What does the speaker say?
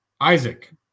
Isaac